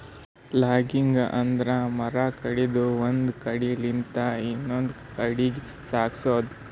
logging ಅಂದ್ರ ಮರ ಕಡದು ಒಂದ್ ಕಡಿಲಿಂತ್ ಇನ್ನೊಂದ್ ಕಡಿ ಸಾಗ್ಸದು